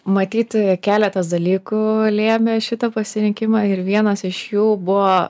matyt keletas dalykų lėmė šitą pasirinkimą ir vienas iš jų buvo